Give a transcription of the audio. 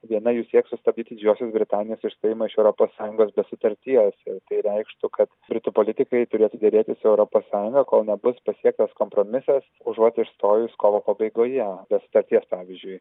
viena jų sieks sustabdyti didžiosios britanijos išstojimą iš europos sąjungos be sutarties o tai reikštų kad britų politikai turėtų derėtis su europos sąjunga kol nebus pasiektas kompromisas užuot išstojus kovo pabaigoje be sutarties pavyzdžiui